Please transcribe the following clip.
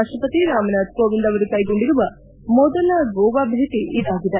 ರಾಷ್ವಪತಿ ರಾಮನಾಥ್ ಕೋವಿಂದ್ ಅವರು ಕ್ಲೆಗೊಂಡಿರುವ ಮೊದಲ ಗೋವಾ ಭೇಟಿ ಇದಾಗಿದೆ